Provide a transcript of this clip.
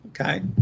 Okay